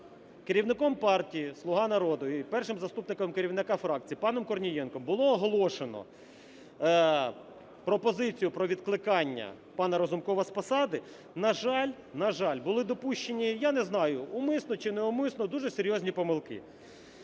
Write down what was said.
керівником партії "Слуга народу" і першим заступником керівника фракції паном Корнієнком було оголошено пропозицію про відкликання пана Разумкова з посади, на жаль, були допущені, я не знаю, умисно чи неумисно, дуже серйозні помилки.